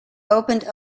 opened